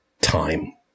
time